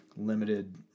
limited